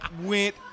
went